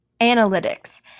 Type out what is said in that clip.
analytics